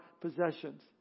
possessions